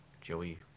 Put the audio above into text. Joey